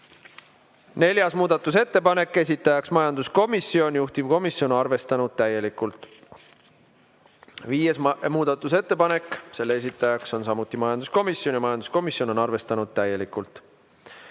Neljas muudatusettepanek, esitaja majanduskomisjon, juhtivkomisjon on arvestanud täielikult. Viies muudatusettepanek, selle esitaja on samuti majanduskomisjon ja majanduskomisjon on seda arvestanud täielikult.